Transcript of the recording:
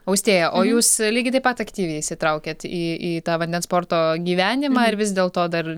austėja o jūs lygiai taip pat aktyviai įsitraukėt į į tą vandens sporto gyvenimą ir vis dėlto dar